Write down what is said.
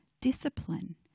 discipline